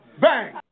bang